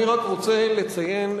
אני רק רוצה לציין,